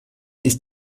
ist